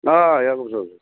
آ یعقوٗب صٲب چھُس